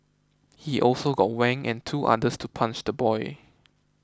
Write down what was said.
he also got Wang and two others to punch the boy